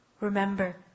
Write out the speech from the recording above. remember